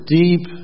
deep